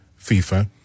FIFA